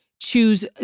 choose